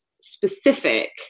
specific